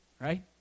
right